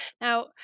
Now